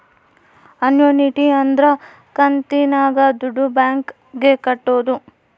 annuity ಅಂದ್ರ ಕಂತಿನಾಗ ದುಡ್ಡು ಬ್ಯಾಂಕ್ ಗೆ ಕಟ್ಟೋದು